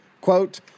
Quote